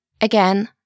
Again